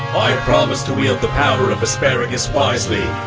i promise to wield the power of asparagus wisely,